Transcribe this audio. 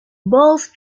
both